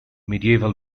medieval